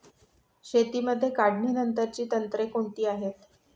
शेतीमध्ये काढणीनंतरची तंत्रे कोणती आहेत?